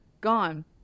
gone